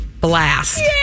blast